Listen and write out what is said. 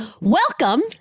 Welcome